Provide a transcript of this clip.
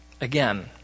Again